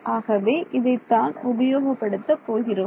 ஆகவே இதைத் தான் உபயோகப்படுத்த போகிறோம்